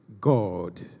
God